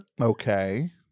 Okay